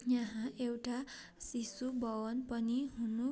यहाँ एउटा शिशु भवन पनि हुनु